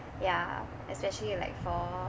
ya especially like for